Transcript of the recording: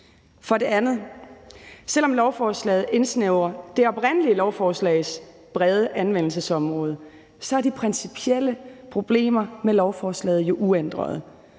For det andet: Selv om lovforslaget indsnævrer det oprindelige lovforslags brede anvendelsesområde, er de principielle problemer med lovforslaget jo uændret.